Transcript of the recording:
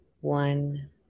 one